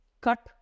cut